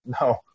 no